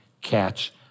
catch